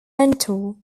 mentor